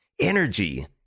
energy